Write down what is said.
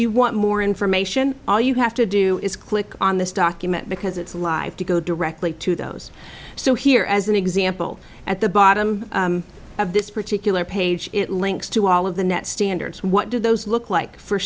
you want more information all you have to do is click on this document because it's live to go directly to those so here as an example at the bottom of this particular page it links to all of the net standards what do those look like for